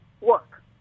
work